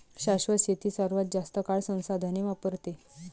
शाश्वत शेती सर्वात जास्त काळ संसाधने वापरते